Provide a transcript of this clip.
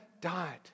died